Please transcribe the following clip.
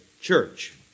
church